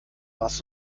warst